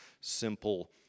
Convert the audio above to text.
simple